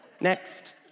Next